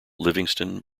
livingston